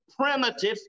primitive